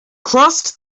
crossed